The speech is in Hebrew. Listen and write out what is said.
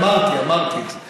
אמרתי, אמרתי את זה.